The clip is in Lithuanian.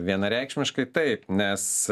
vienareikšmiškai taip nes